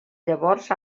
llavors